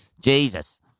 Jesus